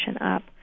up